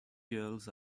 girls